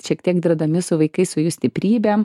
šiek tiek dirbdami su vaikais su jų stiprybėm